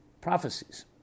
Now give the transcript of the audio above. prophecies